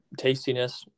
tastiness